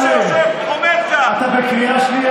רק כשהוא עובד אצלכם.